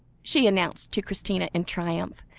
she announced to christina in triumph,